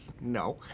No